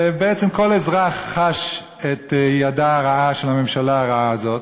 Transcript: ובעצם כל אזרח חש את ידה הרעה של הממשלה הרעה הזאת,